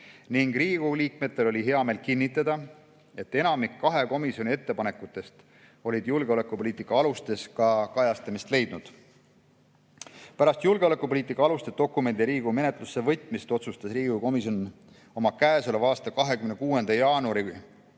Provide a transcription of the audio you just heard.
ning Riigikogu liikmetel oli hea meel kinnitada, et enamik kahe komisjoni ettepanekutest oli julgeolekupoliitika alustes kajastamist leidnud. Pärast julgeolekupoliitika aluste dokumendi Riigikogu menetlusse võtmist otsustas Riigikogu komisjon käesoleva aasta 26. jaanuari